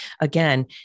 Again